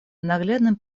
наглядным